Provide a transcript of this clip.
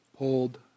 hold